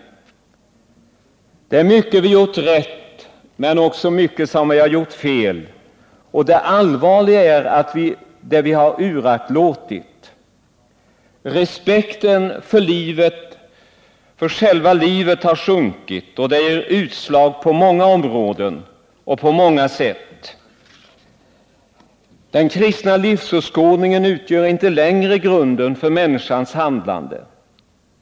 Det är mycket som vi har gjort rätt men också mycket som vi har gjort fel. Det allvarliga är det vi har uraktlåtit att göra. Respekten för själva livet har sjunkit, och det ger utslag på många sätt och områden. Den kristna livsåskådningen utgör inte längre grunden för människans handlande.